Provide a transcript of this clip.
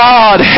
God